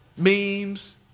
Memes